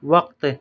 وقت